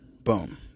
Boom